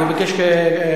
כי הוא ביקש חינוך,